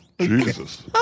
Jesus